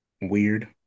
weird